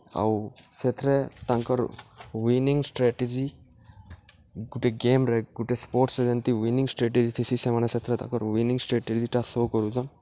ଆଉ ସେଥିରେ ତାଙ୍କର୍ ୱିନିଙ୍ଗ୍ ଷ୍ଟ୍ରୋଟେଜି ଗୁଟେ ଗେମ୍ରେ ଗୁଟେ ସ୍ପୋର୍ଟ୍ସରେ ଯେନ୍ତି ୱିନିଂ ଷ୍ଟ୍ରାଟେଜି ଥିସି ସେମାନେ ସେଥିରେ ତାଙ୍କର୍ ୱିନିଙ୍ଗ୍ ଷ୍ଟ୍ରାଟେଜିଟା ସୋ କରୁଚନ୍